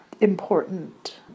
important